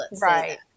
Right